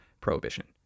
prohibition